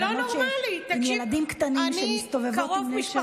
אלה בנות עם ילדים קטנים שמסתובבות עם נשק.